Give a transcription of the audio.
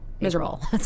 Miserable